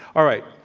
all right.